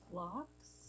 Blocks